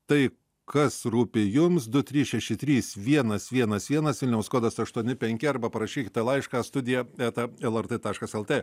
tai kas rūpi jums du trys šeši trys vienas vienas vienas vilniaus kodas aštuoni penki arba parašykite laišką studija eta lrt taškas lt